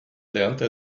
lernte